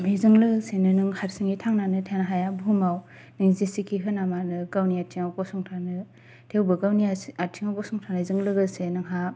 बेजों लोगोसेनो नों हारसिङै थांनानै थानो हाया बुहुमाव जेसेखि होना मानो गावनि आथिंयाव गसंथानो थेवबो गावनि आसि आथिंयाव गसंथानायजों लोगोसे नोंहा